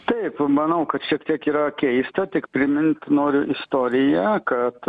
taip manau kad šiek tiek yra keista tik primint noriu istoriją kad